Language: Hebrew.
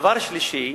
דבר שלישי,